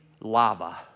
lava